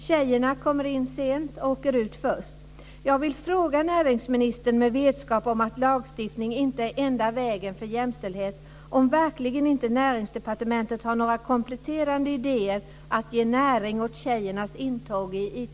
Tjejerna kommer in sent och åker ut först. Jag vill fråga näringsministern, med vetskap om att lagstiftning inte är enda vägen för jämställdhet, om Näringsdepartementet verkligen inte har några kompletterande idéer som kan ge näring åt tjejernas intåg i IT